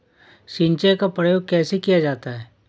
सिंचाई का प्रयोग कैसे किया जाता है?